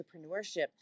entrepreneurship